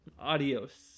adios